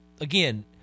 again